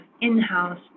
in-house